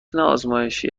ازمایشی